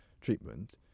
treatment